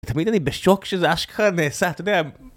תמיד אני בשוק שזה אשכרה נעשה אתה יודע